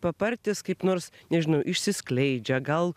papartis kaip nors nežinau išsiskleidžia gal